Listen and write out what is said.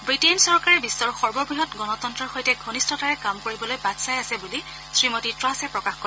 বটেইন চৰকাৰে বিশ্বৰ সৰ্ববহৎ গণতন্ত্ৰৰ সৈতে ঘনিষ্ঠতাৰে কাম কৰিবলৈ বাট চাই আছে বুলি শ্ৰীমতী ট্টাছে প্ৰকাশ কৰে